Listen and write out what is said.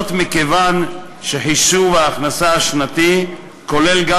מכיוון שחישוב ההכנסה השנתי כולל גם